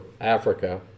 Africa